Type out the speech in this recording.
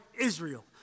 Israel